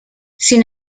sin